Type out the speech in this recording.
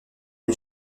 les